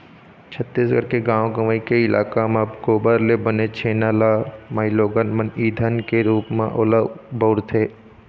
छत्तीसगढ़ के गाँव गंवई के इलाका म गोबर ले बने छेना ल माइलोगन मन ईधन के रुप म ओला बउरथे